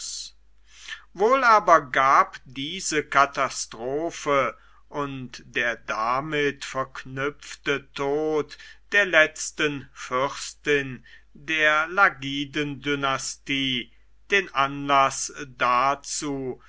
wohl aber gab diese katastrophe und der damit verknüpfte tod der letzten fürstin der lagidendynastie den anlaß dazu